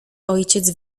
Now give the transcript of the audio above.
ojciec